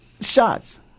Shots